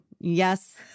Yes